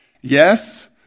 Yes